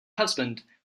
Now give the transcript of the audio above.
husband